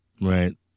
right